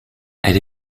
elle